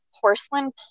porcelain